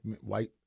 white